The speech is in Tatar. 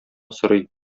сорый